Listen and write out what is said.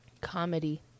Comedy